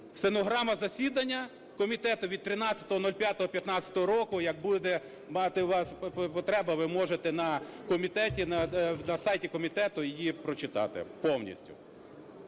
Стенограма засідання комітету від 13.05.15 року. Як буде у вас потреба, ви можете на комітеті, на сайті комітету її прочитати повністю.